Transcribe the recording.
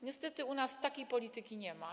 Niestety u nas takiej polityki nie ma.